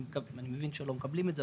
אני מבין שלא מקבלים את זה,